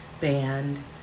band